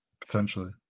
Potentially